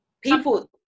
People